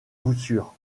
voussures